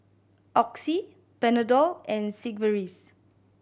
Oxy Panadol and Sigvaris